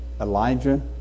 Elijah